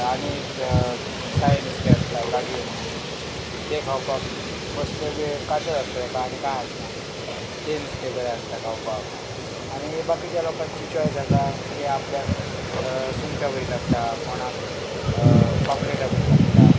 आणी साये नुस्तें आसता काडयो म्हणून तें खावपाक बस वेळ काट आसता तेका आनी कांय आसना तें नुस्तें बरें आसता खावपाक आणी बाकीच्या लोकांची चॉयस आसा की आपल्याक सुंगटां बरी लागता कोणाक पापलेटां बरीं लागता